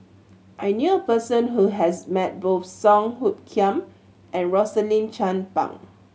I knew a person who has met both Song Hoot Kiam and Rosaline Chan Pang